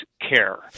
care